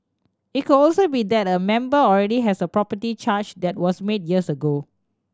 it could also be that a member already has a property charge that was made years ago